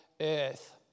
earth